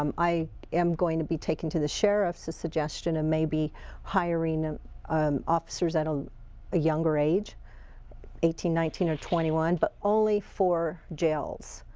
um i am going to be taking to the sheriffs a suggestion of maybe hiring ah um officers at um a younger age eighteen, nineteen or twenty one but only for jails.